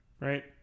right